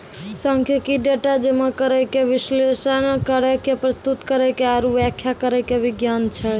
सांख्यिकी, डेटा जमा करै के, विश्लेषण करै के, प्रस्तुत करै के आरु व्याख्या करै के विज्ञान छै